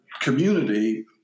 community